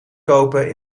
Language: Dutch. kopen